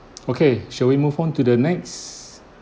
okay shall we move on to the next